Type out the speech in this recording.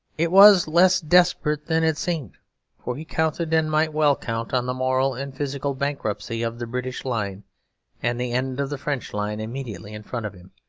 it was less desperate than it seemed for he counted, and might well count, on the moral and physical bankruptcy of the british line and the end of the french line immediately in front of him,